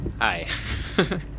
Hi